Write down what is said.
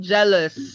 Jealous